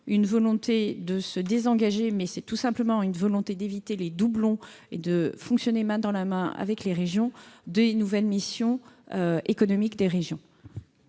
d'une volonté de se désengager, il s'agit tout simplement de la volonté d'éviter les doublons et de fonctionner main dans la main avec les régions -des nouvelles missions économiques des régions.